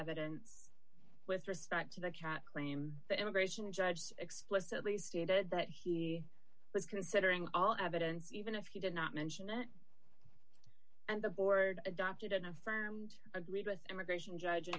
evidence with respect to the cat claim that immigration judge explicitly stated that he was considering all evidence even if he did not mention it and the board adopted an affirmed agreed with immigration judge